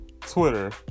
Twitter